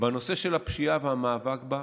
בנושא של הפשיעה והמאבק בה,